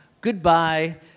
goodbye